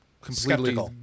Completely